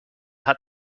hat